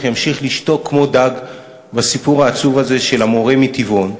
ימשיך לשתוק כמו דג בסיפור העצוב הזה של המורה מטבעון,